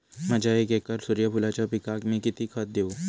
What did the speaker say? माझ्या एक एकर सूर्यफुलाच्या पिकाक मी किती खत देवू?